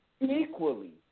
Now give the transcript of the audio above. equally